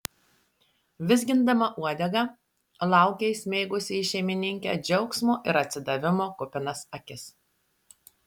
vizgindama uodegą laukė įsmeigusi į šeimininkę džiaugsmo ir atsidavimo kupinas akis